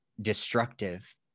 destructive